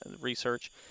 research